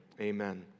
amen